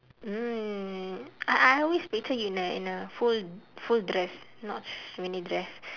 mm I I always picture you in a in a full full dress not mini dress